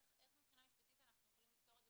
איך מבחינה משפטית אנחנו יכולים לפתור את זה